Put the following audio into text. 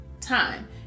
time